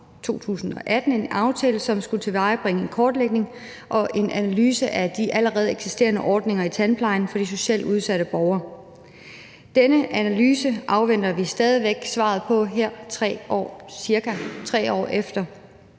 2018 en aftale, som skulle tilvejebringe en kortlægning og en analyse af de allerede eksisterende ordninger i tandplejen for de socialt udsatte borgere. Denne analyse afventer vi stadig væk svaret på her cirka 3 år efter